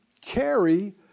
carry